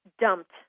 dumped